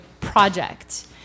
Project